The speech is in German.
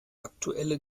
aktuelle